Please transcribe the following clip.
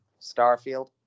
Starfield